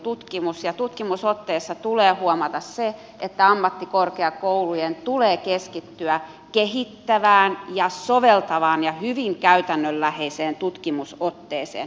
tutkimusotteessa tulee huomata se että ammattikorkeakoulujen tulee keskittyä kehittävään ja soveltavaan ja hyvin käytännönläheiseen tutkimusotteeseen